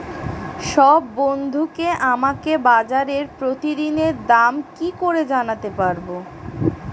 সব বন্ধুকে আমাকে বাজারের প্রতিদিনের দাম কি করে জানাতে পারবো?